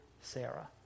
Sarah